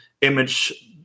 image